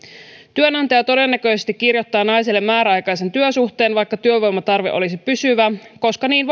työnantaja todennäköisesti kirjoittaa naiselle määräaikaisen työsuhteen vaikka työvoiman tarve olisi pysyvä koska niin